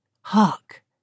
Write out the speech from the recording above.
Hark